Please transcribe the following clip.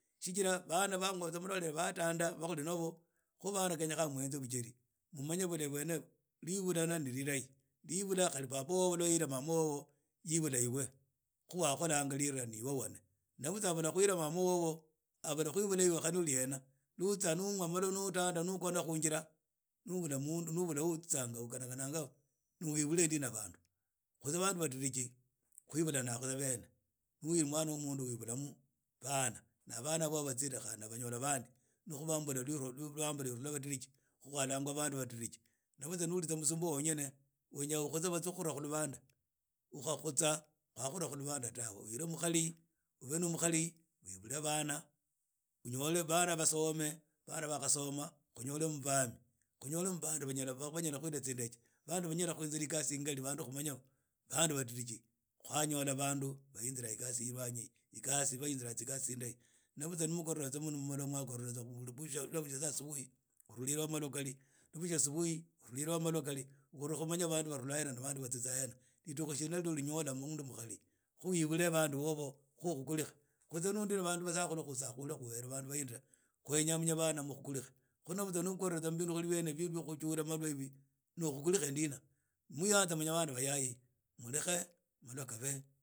Shijira bana banywa tsa mulale badanda ba khuli nabo khu bana khenyekha muhenze bujeri mumanye bulahi bwene libulana ne lilahi libula khali babobo lwa yahila mamobo yibula iwe khu bakhulanga rita na butsa anyala kwhilaa mama wobo abula khwibula ibe khano uli hena lwa utsia ni unywa malwa ni utada ni ukhona khu njira ni ubula mundu nu bula wa utsitsa ukhanakhana na webule ndina bandu khunye bandu badiiji khwibrana khunyi bene khu nu wi wman wa mundu webula mu mu bana wabatsira khandi banyora bandi khu lbambo lweru lwa badiriji khu khwalangwa bandu badiriji wenya ukhutse watsie khukhura mulubanda ukhakhutsa bakhure khu lubanda dae ube nu mukhali webule bana unyole bana basome bana bakhasoma khuyole mu bami khunyole mu bandu banyala khuhila tsindeje bandu banyala khuyinzira ikasi tsingari bandu badiriji khwanyola bandu bakhola ikasi elwanyi tsigasi tsindahi na butsa mukhira mumalwa lwa bushietsa subuhi khutuli wa malwa khariukholwa khumanya bandu barhula hen ana batsitsa hena ridukhu shina lya ilinyola mundu mukhari khu wibule bandu bobo khuukhuli kunye babdu basakhulu khuli bandu bahindira khwenya munye bana mukhulike na buts ani ukora mu bindu byene ibi ni ukhulike ndina muyanza bana baye mulukhe malwa khabe.